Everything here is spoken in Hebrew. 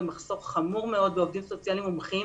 במחסור חמור מאוד בעובדים סוציאליים מומחים